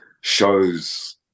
shows